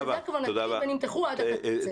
הם באמת נמתחו עד הקצה.